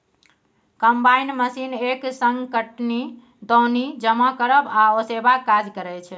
combine machine एक संग कटनी, दौनी, जमा करब आ ओसेबाक काज करय छै